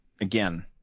Again